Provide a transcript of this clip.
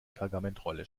pergamentrolle